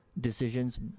decisions